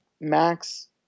Max